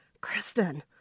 Kristen